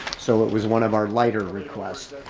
so it was one of our lighter request.